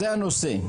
זה הנושא.